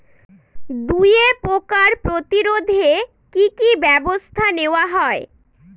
দুয়ে পোকার প্রতিরোধে কি কি ব্যাবস্থা নেওয়া হয়?